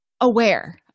aware